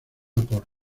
por